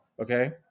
Okay